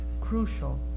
crucial